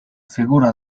figura